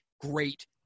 great